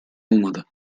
olmadı